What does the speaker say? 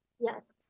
Yes